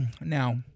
Now